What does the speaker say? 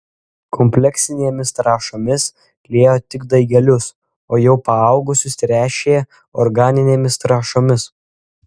kompleksinėmis trąšomis liejo tik daigelius o jau paaugusius tręšė organinėmis trąšomis